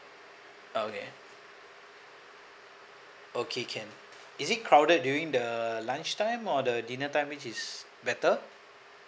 okay okay can is it crowded during the lunch time or the dinner time which is better